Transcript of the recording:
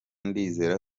ndizera